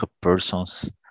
persons